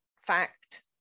fact